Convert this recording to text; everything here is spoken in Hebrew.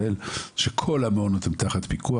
שכל המעונות הם תחת פיקוח.